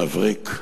מבריק,